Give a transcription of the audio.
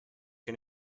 can